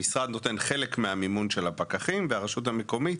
המשרד נותן חלק מהמימון של הפקחים והרשות המקומית